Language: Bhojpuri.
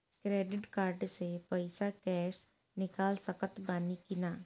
क्रेडिट कार्ड से पईसा कैश निकाल सकत बानी की ना?